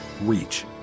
reach